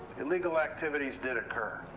illegal activities did occur.